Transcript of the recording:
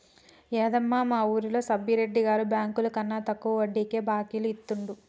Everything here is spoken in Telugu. యాదమ్మ, మా వూరిలో సబ్బిరెడ్డి గారు బెంకులకన్నా తక్కువ వడ్డీకే బాకీలు ఇత్తండు